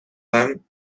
them